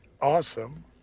awesome